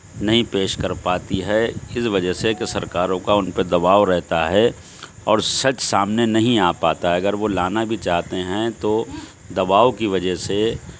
نہیں پیش کر پاتی ہے اس وجہ سے کہ سرکاروں کا ان پہ دباؤ رہتا ہے اور سچ سامنے نہیں آ پاتا اگر وہ لانا بھی چاہتے ہیں تو دباؤ کی وجہ سے